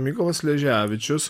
mykolas sleževičius